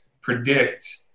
predict